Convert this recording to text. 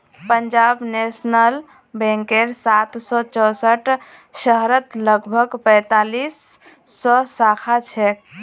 Punjab national बैंकेर सात सौ चौसठ शहरत लगभग पैंतालीस सौ शाखा छेक